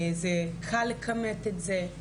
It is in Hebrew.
קל לכמת את זה,